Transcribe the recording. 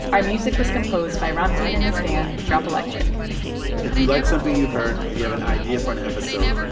our music was composed by ramtin and his band drop electric if you like something you heard or you have an idea for an episode,